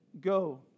go